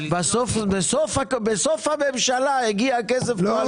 בסוף הממשלה הגיע כסף קואליציוני.